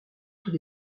entre